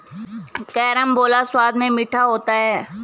carambola स्वाद में मीठा होता है